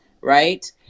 right